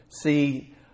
See